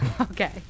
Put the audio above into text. Okay